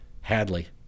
Hadley